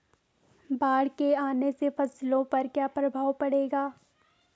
बाढ़ के आने से फसलों पर क्या प्रभाव पड़ेगा?